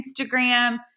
Instagram